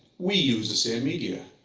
we use the same media.